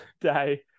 day